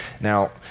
Now